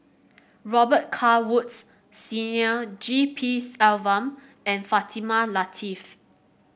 Robet Carr Woods Senior G P Selvam and Fatimah Lateef